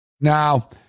Now